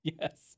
Yes